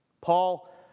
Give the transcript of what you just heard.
Paul